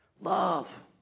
Love